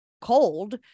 cold